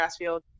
grassfield